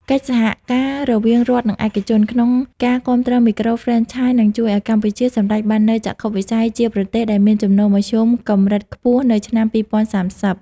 កិច្ចសហការរវាង "រដ្ឋ និងឯកជន" ក្នុងការគាំទ្រមីក្រូហ្វ្រេនឆាយ នឹងជួយឱ្យកម្ពុជាសម្រេចបាននូវចក្ខុវិស័យជាប្រទេសដែលមានចំណូលមធ្យមកម្រិតខ្ពស់នៅឆ្នាំ ២០៣០។